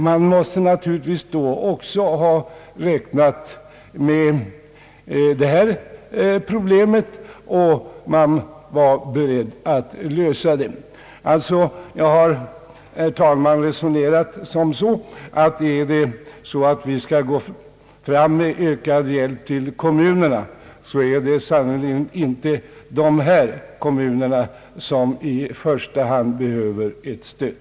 Man måste naturligtvis då också ha räknat med problemet beträffande daghemsplatser och varit beredd att lösa det. Jag har alltså, herr talman, resonerat som så att om vi skall gå fram med ökad hjälp till kommunerna är det sannerligen inte universitetskommunerna som i första hand behöver ett stöd.